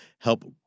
help